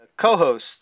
co-host